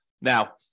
Now